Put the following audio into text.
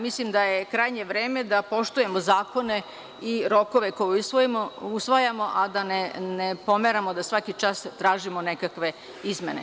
Mislim da je krajnje vreme da poštujemo zakone i rokove koje usvajamo, a da ne pomeramo da svaki čas tražimo nekakve izmene.